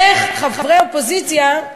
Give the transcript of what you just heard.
איך חברי האופוזיציה,